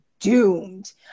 doomed